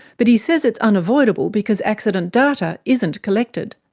but he says it's unavoidable because accident data isn't collected.